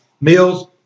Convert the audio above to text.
meals